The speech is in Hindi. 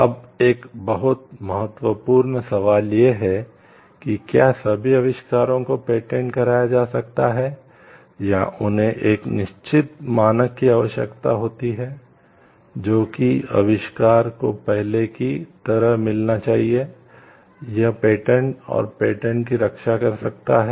अब एक बहुत महत्वपूर्ण सवाल यह है कि क्या सभी आविष्कारों को पेटेंट की रक्षा कर सकता है